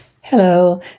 Hello